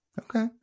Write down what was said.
Okay